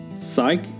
Psych